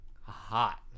hot